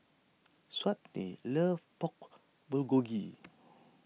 Shawnte loves Pork Bulgogi